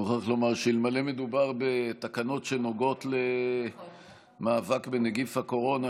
אני מוכרח לומר שאלמלא מדובר בתקנות שנוגעות למאבק בנגיף הקורונה,